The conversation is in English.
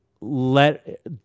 let